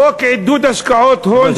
חוק עידוד השקעות הון,